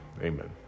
Amen